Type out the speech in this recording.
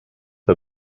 for